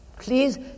Please